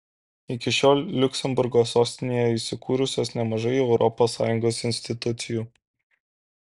iki šiol liuksemburgo sostinėje įsikūrusios nemažai europos sąjungos institucijų